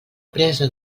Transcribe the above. presa